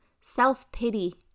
self-pity